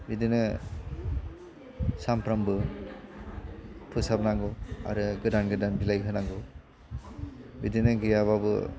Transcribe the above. बिदिनो सानफ्रोमबो फोसाबनांगौ आरो गोदान गोदान बिलाइ होनांगौ बिदिनो गैयाबाबो